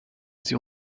sie